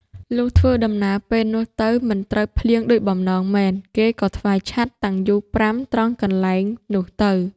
លុះធ្វើដំណើរពេលនោះទៅ មិនត្រូវភ្លៀងដូចបំណងមែន គេក៏ថ្វាយឆត្រ តាំងយូ5ត្រង់កន្លែងនោះទៅ ។